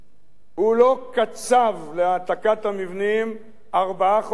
הוא לא קצב להעתקת המבנים ארבעה חודשים,